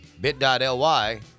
bit.ly